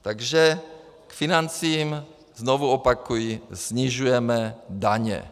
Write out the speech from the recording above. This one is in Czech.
Takže k financím znovu opakuji snižujeme daně.